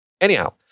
anyhow